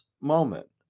moment